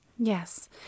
Yes